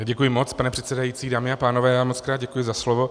Děkuji moc, pane předsedající, dámy a pánové, mockrát děkuji za slovo.